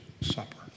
Supper